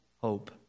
hope